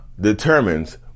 determines